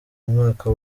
mwaka